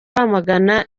wamagana